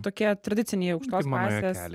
tokie tradiciniai aukštos klasės